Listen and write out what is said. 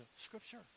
scripture